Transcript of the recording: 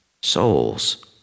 souls